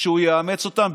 שהוא יאמץ אותם,